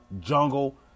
Jungle